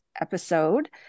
episode